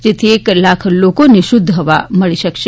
જેથી એક લાખ લોકોને શુદ્ધ હવા મળી શકશે